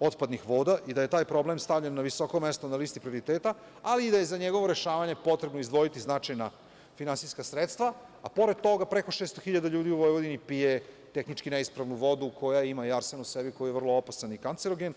otpadnih voda i da je taj problem stavljen na visoko mesto na listi prioriteta, ali i da je za njegovo rešavanje potrebno izdvojiti značajna finansijska sredstva, a pored toga, preko 600 hiljada ljudi u Vojvodini pije tehnički neispravnu vodu koja ima arsen u sebi, koji je vrlo opasan i kancerogen.